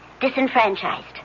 disenfranchised